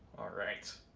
alright.